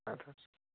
اَدٕ حظ